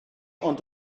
ond